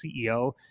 CEO